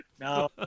no